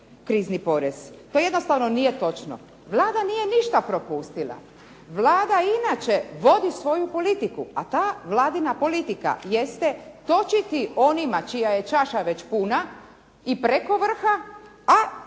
krizni porez. To jednostavno nije točno. Vlada nije ništa propustila. Vlada inače vodi svoju politiku, a ta Vladina politika jeste točiti onima čija je čaša već puna i preko vrha, a